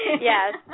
Yes